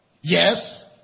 Yes